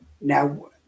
Now